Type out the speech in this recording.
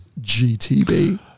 GTB